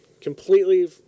Completely